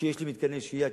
כשיש מתקני שהייה,